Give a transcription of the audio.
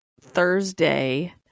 Thursday